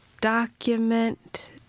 document